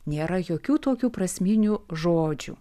nėra jokių tokių prasminių žodžių